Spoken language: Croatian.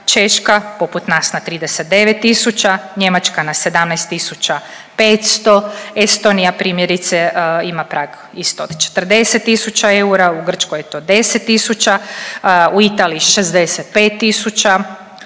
Češka poput nas na 39 tisuća, Njemačka na 17500, Estonija primjerice ima prag isto od 40 tisuća eura, u Grčkoj je to 10 tisuća, u Italiji 65,